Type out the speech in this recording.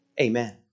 Amen